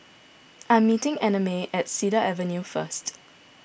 I am meeting Annamae at Cedar Avenue first